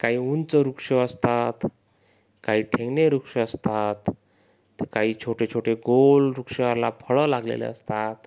काही उंच वृक्ष असतात काही ठेंगणे वृक्ष असतात काही छोटे छोटे गोल वृक्षाला फळं लागलेले असतात